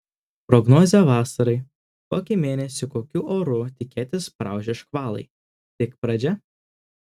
prognozė vasarai kokį mėnesį kokių orų tikėtis praūžę škvalai tik pradžia